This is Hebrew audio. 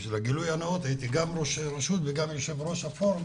הייתי גם ראש רשות וגם יושב-ראש הפורום